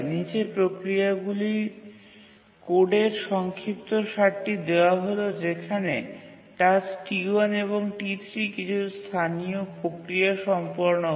নীচে প্রক্রিয়াগুলির কোডের সংক্ষিপ্তসারটি দেওয়া হল যেখানে টাস্ক T1 এবং T3 কিছু স্থানীয় প্রক্রিয়া সম্পন্ন করে